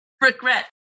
regret